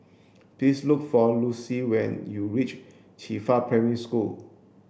please look for Lucile when you reach Qifa Primary School